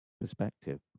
perspective